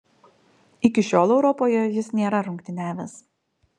iki šiol europoje jis nėra rungtyniavęs